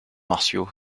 martiaux